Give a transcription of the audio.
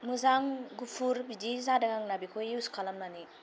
मोजां गुफुर बिदि जादों आंना बेखौ इउज खालामनानै